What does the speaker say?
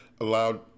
allowed